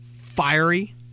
fiery